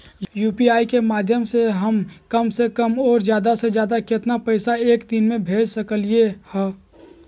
UPI के माध्यम से हम कम से कम और ज्यादा से ज्यादा केतना पैसा एक दिन में भेज सकलियै ह?